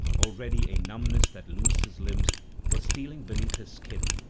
already a numbness that loosed his limbs was stealing beneath his skin,